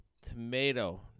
Tomato